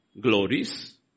glories